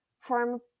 form